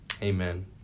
Amen